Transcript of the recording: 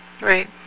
Right